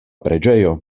preĝejo